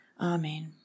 Amen